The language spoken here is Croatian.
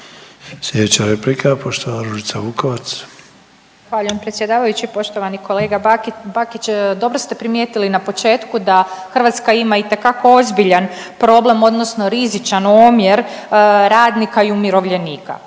Slijedeća replika poštovana Ružica Vukovac. **Vukovac, Ružica (Nezavisni)** Zahvaljujem predsjedavajući. Poštovani kolega Bakić, dobro ste primijetili na početku da Hrvatska ima itekako ozbiljan problem odnosno rizičan omjer radnika i umirovljenika.